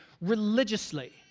religiously